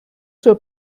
zur